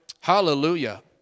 Hallelujah